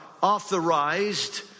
authorized